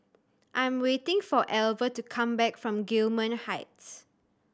I am waiting for Alver to come back from Gillman Heights